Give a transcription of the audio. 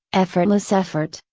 effortless effort,